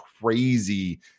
crazy